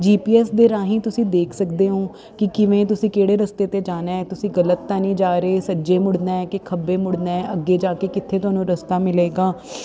GPS ਦੇ ਰਾਹੀਂ ਤੁਸੀਂ ਦੇਖ ਸਕਦੇ ਹੋ ਕਿ ਕਿਵੇਂ ਤੁਸੀਂ ਕਿਹੜੇ ਰਸਤੇ 'ਤੇ ਜਾਣਾ ਤੁਸੀਂ ਗਲਤ ਤਾਂ ਨਹੀਂ ਜਾ ਰਹੇ ਸੱਜੇ ਮੁੜਨਾ ਕਿ ਖੱਬੇ ਮੁੜਨਾ ਅੱਗੇ ਜਾ ਕੇ ਕਿੱਥੇ ਤੁਹਾਨੂੰ ਰਸਤਾ ਮਿਲੇਗਾ